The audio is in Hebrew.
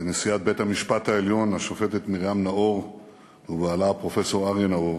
נשיאת בית-המשפט העליון השופטת מרים נאור ובעלה הפרופסור אריה נאור,